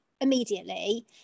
immediately